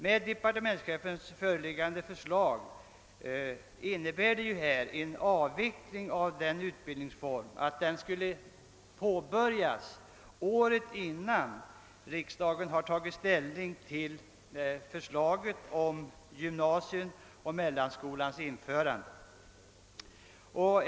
Men departementschefens föreliggande förslag innebär ju att den nuvarande utbildningsformen skall börja avvecklas året innan riksdagen har tagit ställning till förslaget om införande av yrkesutbildningen på gymnasieoch mellanskolenivå.